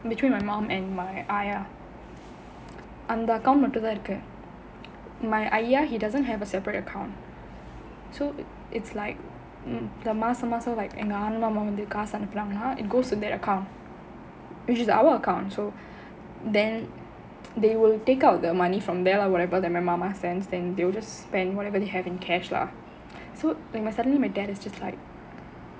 between my mom and my ஆயா அந்த:aaya antha account மட்டும் தான் இருக்கு:mattum thaan irukku my ஐயா:iyya he doesn't have a separate account so it's like the மாசாமாசம் எங்க மாமா வந்து காசு அனுப்புனாங்கன்னா:maasamaasam enga mama vanthu kaasu anupunanganaa it goes into that account which is our account so then they will take out the money from there or whatever that my மாமா:mama sent then they will just spend whatever they have in cash lah so then my suddenly my dad is just like